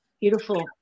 beautiful